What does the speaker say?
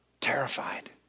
terrified